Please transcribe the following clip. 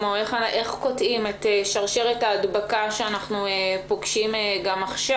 כמו: איך קוטעים את שרשרת ההדבקה שאנחנו פוגשים גם עכשיו?